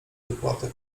dopłatę